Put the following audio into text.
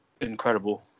incredible